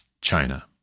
China